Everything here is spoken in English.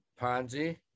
ponzi